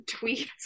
tweets